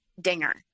dinger